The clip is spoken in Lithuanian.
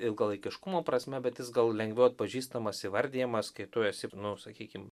ilgalaikiškumo prasme bet jis gal lengviau atpažįstamas įvardijamas kai tu esi nu sakykim